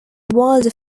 wilder